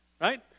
right